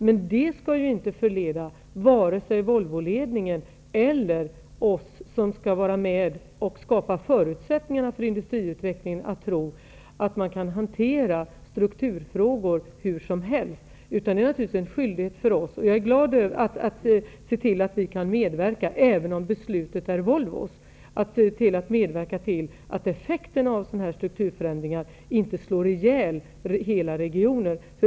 Men det skall inte förleda vare sig Volvoledningen eller oss som skall vara med och skapa förutsättningarna för industriutvecklingen att tro att man kan hantera strukturfrågor hur som helst. Även om beslutet är Volvos är det naturligtvis en skyldighet för oss att se till att vi kan medverka till att effekterna av sådana här strukturförändringar inte slår ihjäl hela regioner.